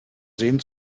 sehen